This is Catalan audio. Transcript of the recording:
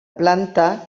planta